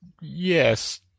yes